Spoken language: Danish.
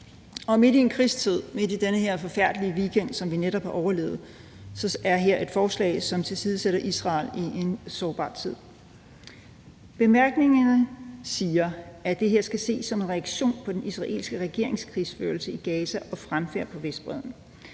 Og midt i en krigstid, midt i den her forfærdelige weekend, som vi netop har overlevet, er der her et forslag, som tilsidesætter Israel i en sårbar tid. I bemærkningerne står der, at det her skal ses som en reaktion på den israelske regerings krigsførelse i Gaza og fremfærd på Vestbredden.